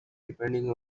depending